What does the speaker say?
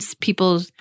people